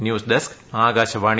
news desk Akashvani